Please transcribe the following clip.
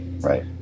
right